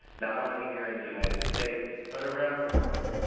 not only here in the united states but around the world?